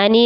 आणि